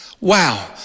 Wow